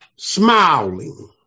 smiling